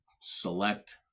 select